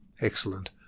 Excellent